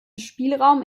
spielraum